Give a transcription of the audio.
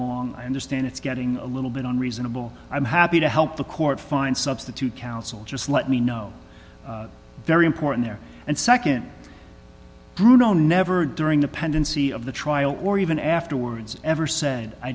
along i understand it's getting a little bit on reasonable i'm happy to help the court find substitute counsel just let me know very important there and nd bruno never during the pendency of the trial or even afterwards ever said i